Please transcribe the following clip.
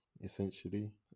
essentially